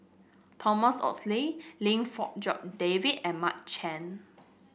Thomas Oxley Lim Fong Jock David and Mark Chan